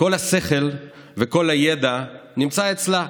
שכל השכל וכל הידע נמצא אצלה.